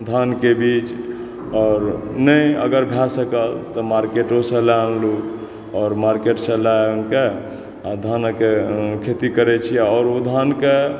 धान के बीज आओर नहि अगर भए सकल तऽ मार्केटों सॅं लैए आनलहुॅं आओर मार्केट से लैए आनि के आ धानक खेती करै छी आओर ओ धान के